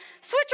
switch